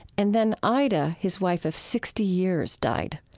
and then ida, his wife of sixty years, died.